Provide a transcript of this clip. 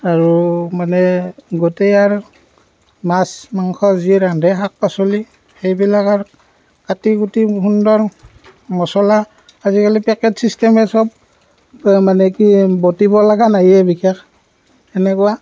আৰু মানে গোটই আৰু মাছ মাংস যি ৰান্ধে শাক পাচলি সেইবিলাক আৰু কাটি কুটি সুন্দৰ মছলা আজিকালি পেকেট ছিষ্টেমেই চব এই মানে কি বটিব লগা নায়েই বিশেষ এনেকুৱা